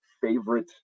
favorite